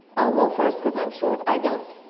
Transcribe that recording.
i'll go first cause i'm short, i don't,